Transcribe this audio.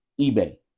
eBay